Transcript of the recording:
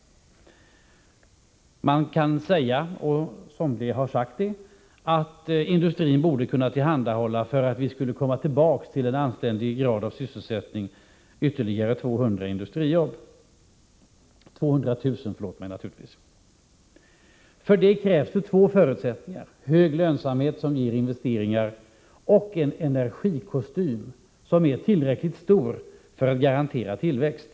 Man kan säga, och somliga har sagt det, att industrin, för att vi skall kunna komma tillbaka till en anständig grad av sysselsättning, borde tillhandahålla ytterligare 200 000 industriarbeten. För det krävs två förutsättningar: hög lönsamhet, som ger investeringar, och en energikostym som är tillräckligt stor för att garantera tillväxt.